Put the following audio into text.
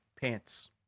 Pants